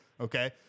okay